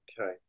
Okay